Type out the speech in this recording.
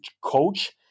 coach